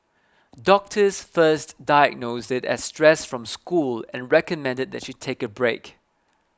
doctors first diagnosed it as stress from school and recommended that she take a break